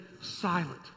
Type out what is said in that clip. silent